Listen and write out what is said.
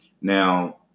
Now